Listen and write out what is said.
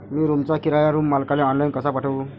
मी रूमचा किराया रूम मालकाले ऑनलाईन कसा पाठवू?